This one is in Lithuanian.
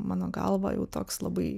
mano galva jau toks labai